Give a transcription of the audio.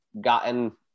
gotten